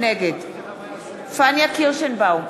נגד פניה קירשנבאום,